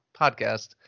podcast